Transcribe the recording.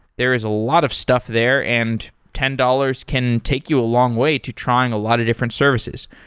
there is a lot of stuff there, and ten dollars can take you a long way to trying a lot of different services.